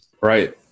Right